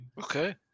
Okay